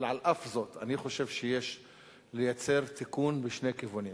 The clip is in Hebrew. אבל על אף זה אני חושב שיש לייצר תיקון משני הכיוונים.